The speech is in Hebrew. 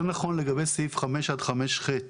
זה נכון לגבי סעיף 5 עד 5(ח).